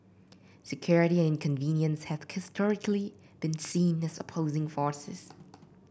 security and convenience have historically been seen as opposing forces